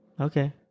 Okay